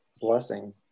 blessing